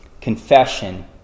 confession